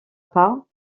pas